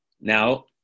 Now